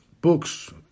books